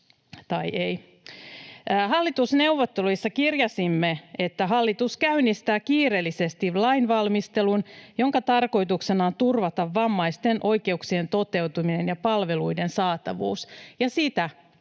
Hallitusneuvotteluissa kirjasimme, että hallitus käynnistää kiireellisesti lainvalmistelun, jonka tarkoituksena on turvata vammaisten oikeuksien toteutuminen ja palveluiden saatavuus, ja sitä